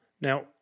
Now